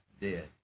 dead